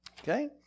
okay